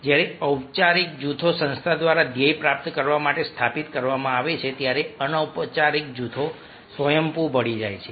જ્યારે ઔપચારિક જૂથો સંસ્થા દ્વારા ધ્યેય પ્રાપ્ત કરવા માટે સ્થાપિત કરવામાં આવે છે ત્યારે અનૌપચારિક જૂથ સ્વયંભૂ ભળી જાય છે